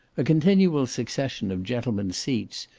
a continual succession of gentlemen's seats,